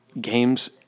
games